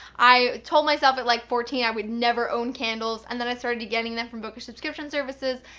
i told myself at like fourteen i would never own candles, and then i started to getting them from book or subscription services,